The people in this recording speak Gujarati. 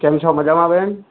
કેમ છો મજામાં બેન